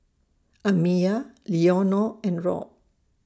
Amiyah Leonor and Rob